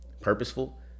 purposeful